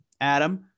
Adam